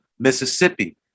Mississippi